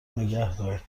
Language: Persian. نگهدار